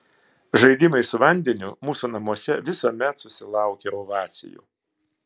žaidimai su vandeniu mūsų namuose visuomet susilaukia ovacijų